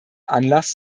anlass